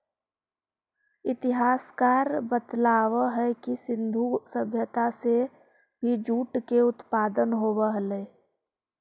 इतिहासकार बतलावऽ हई कि सिन्धु सभ्यता में भी जूट के उत्पादन होवऽ हलई